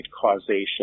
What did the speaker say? causation